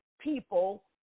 people